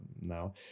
now